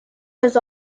has